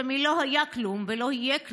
שמ"לא היה כלום" ו"לא יהיה כלום"